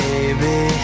Baby